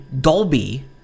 Dolby